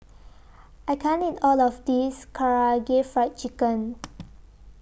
I can't eat All of This Karaage Fried Chicken